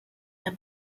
der